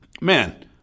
man